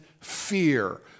fear